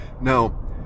Now